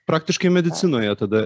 praktiškai medicinoje tada